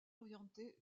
orientée